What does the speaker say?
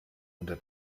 unter